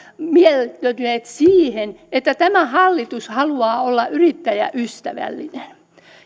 mieltyneet siihen että tämä hallitus haluaa olla yrittäjäystävällinen